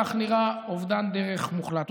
כך נראה אובדן דרך מוחלט.